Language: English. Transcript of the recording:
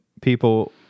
people –